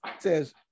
says